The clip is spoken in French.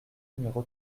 numéro